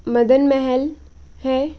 मदन महल है